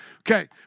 Okay